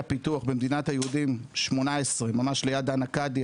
פיתוח במדינת היהודים 18 ממש ליד דן אכדיה,